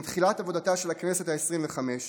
עם תחילת עבודתה של הכנסת העשרים-וחמש,